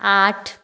आठ